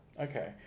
okay